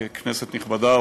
כנסת נכבדה,